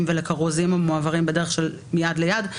ולכרוזים המועברים בדרך של "מיד ליד".